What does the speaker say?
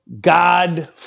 God